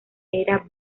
era